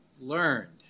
learned